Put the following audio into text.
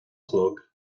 chlog